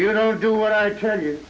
you know do what i tell you